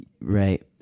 right